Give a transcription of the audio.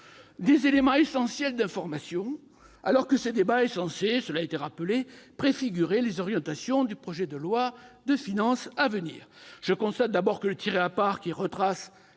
des éléments essentiels d'information, alors que ce débat est censé préfigurer les orientations du projet de loi de finances à venir. Je constate d'abord que le « tiré à part » qui retrace